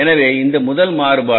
எனவே இது முதல் மாறுபாடு